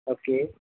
okay